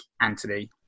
Anthony